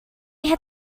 had